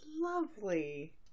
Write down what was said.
lovely